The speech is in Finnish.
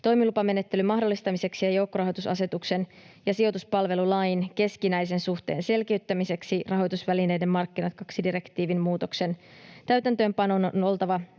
Toimilupamenettelyn mahdollistamiseksi ja joukkorahoitusasetuksen ja sijoituspalvelulain keskinäisen suhteen selkiyttämiseksi rahoitusvälineiden markkinat II ‑direktiivin muutoksen täytäntöönpanon on oltava